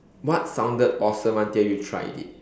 what sounded awesome until you tried it